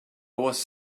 was